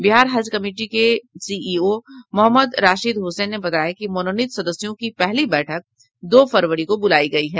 बिहार हज कमिटी के सीईओ मोहम्मद राशिद हसैन ने बताया कि मनोनीत सदस्यों की पहली बैठक दो फरवरी को बूलाई गयी है